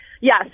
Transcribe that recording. Yes